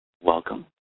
welcome